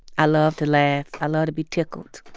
i love to laugh. i love to be tickled.